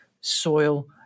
soil